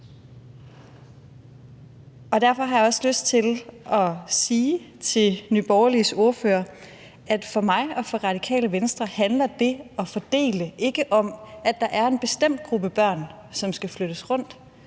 Derfor har jeg også lyst til at sige til Nye Borgerliges ordfører, at for mig og for Radikale Venstre handler det at fordele ikke om, at der er en bestemt gruppe børn, som skal flyttes rundt;